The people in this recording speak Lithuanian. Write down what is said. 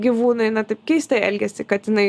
gyvūnai na taip keistai elgiasi katinai